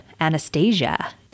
Anastasia